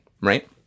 Right